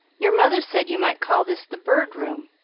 your mother said you might call this the bird room.